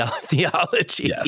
theology